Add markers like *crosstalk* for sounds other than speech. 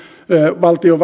valtion *unintelligible*